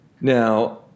Now